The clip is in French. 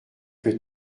que